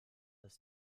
ist